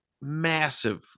massive